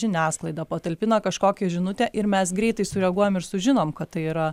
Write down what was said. žiniasklaidą patalpina kažkokią žinutę ir mes greitai sureaguojam ir sužinom kad tai yra